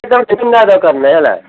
ଚିହ୍ନା ଦରକାର ନାହିଁ ହେଲା